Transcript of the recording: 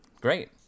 Great